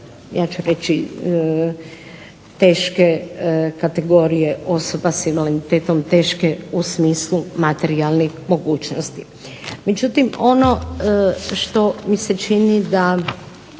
ja ću reći teške kategorije osoba s invaliditetom, teške u smislu materijalne mogućnosti. Međutim, ono što mi se čini da